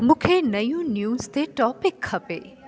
मूंखे नयूं न्यूज़ ते टॉपिक खपे